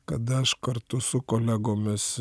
kada aš kartu su kolegomis